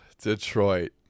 Detroit